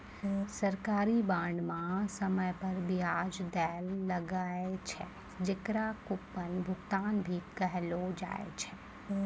सरकारी बांड म समय पर बियाज दैल लागै छै, जेकरा कूपन भुगतान भी कहलो जाय छै